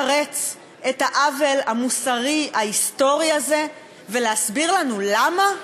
מישהו יכול לתרץ את העוול המוסרי ההיסטורי הזה ולהסביר לנו למה?